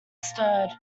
stirred